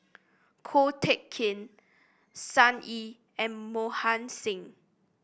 Ko Teck Kin Sun Yee and Mohan Singh